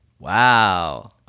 Wow